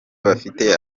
bafite